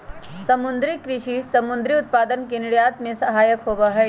समुद्री कृषि समुद्री उत्पादन के निर्यात में सहायक होबा हई